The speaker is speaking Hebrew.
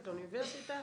אוניברסיטה,